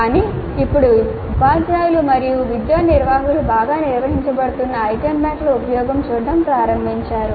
కానీ ఇప్పుడు ఉపాధ్యాయులు మరియు విద్యా నిర్వాహకులు బాగా నిర్వహించబడుతున్న ఐటెమ్ బ్యాంకుల ఉపయోగం చూడటం ప్రారంభించారు